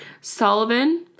Sullivan